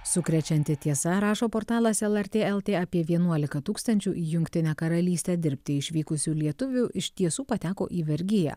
sukrečianti tiesa rašo portalas lrt lt apie vienuolika tūkstančių į jungtinę karalystę dirbti išvykusių lietuvių iš tiesų pateko į vergiją